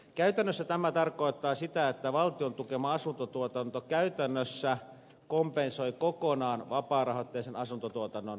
käytännössä tämä tarkoittaa sitä että valtion tukema asuntotuotanto käytännössä kompensoi kokonaan vapaarahoitteisen asuntotuotannon romahduksen